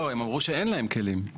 לא, הם אמרו שאין להם כלים.